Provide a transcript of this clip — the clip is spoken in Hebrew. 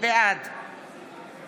בעד